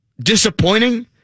disappointing